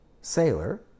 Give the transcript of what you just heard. sailor